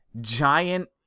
giant